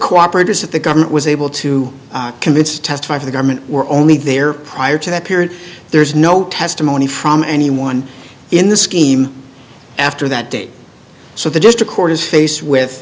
cooperators that the government was able to convince to testify for the government were only there prior to that period there's no testimony from anyone in the scheme after that date so they just record is faced with